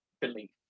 belief